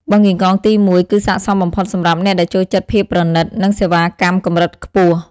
បឹងកេងកងទី១ គឺស័ក្តិសមបំផុតសម្រាប់អ្នកដែលចូលចិត្តភាពប្រណីត និងសេវាកម្មកម្រិតខ្ពស់។